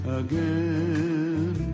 again